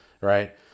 right